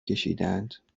کشیدهاند